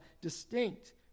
distinct